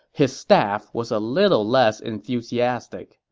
his staff was a little less enthusiastic.